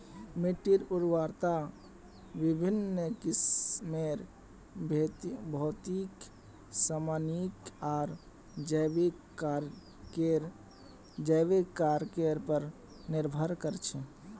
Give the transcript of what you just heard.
मिट्टीर उर्वरता विभिन्न किस्मेर भौतिक रासायनिक आर जैविक कारकेर पर निर्भर कर छे